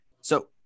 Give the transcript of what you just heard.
So-